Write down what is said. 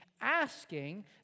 asking